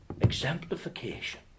exemplification